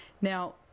Now